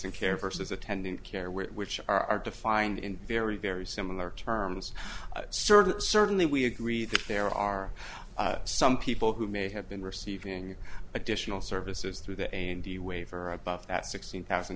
and care versus attendant care which are defined in very very similar terms certainly we agree that there are some people who may have been receiving additional services through that and the waiver above that sixteen thousand